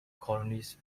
colonies